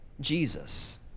Jesus